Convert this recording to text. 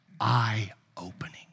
eye-opening